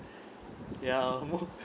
ya lor